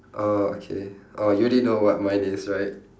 oh okay oh you already know what mine is right